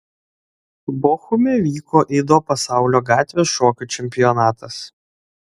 bochume vyko ido pasaulio gatvės šokių čempionatas